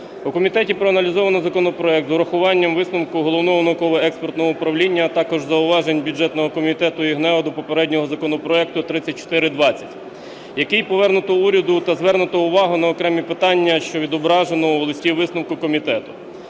У комітеті проаналізовано законопроект з урахуванням висновку Головного науково-експертного управління, а також зауважень бюджетного комітету і ГНЕУ до попереднього законопроекту 3420, який повернуто уряду та звернуто увагу на окремі питання, що відображено у листі-висновку комітету.